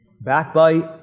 backbite